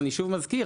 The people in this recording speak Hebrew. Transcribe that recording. אני שוב מזכיר,